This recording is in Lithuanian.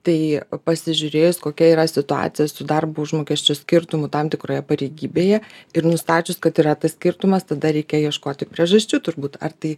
tai pasižiūrėjus kokia yra situacija su darbo užmokesčio skirtumu tam tikroje pareigybėje ir nustačius kad yra tas skirtumas tada reikia ieškoti priežasčių turbūt ar tai